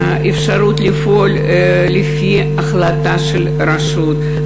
האפשרות לפעול לפי החלטה של רשות,